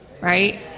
right